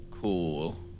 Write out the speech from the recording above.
Cool